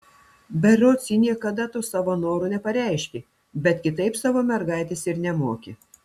berods ji niekada to savo noro nepareiškė bet kitaip savo mergaitės ir nemokė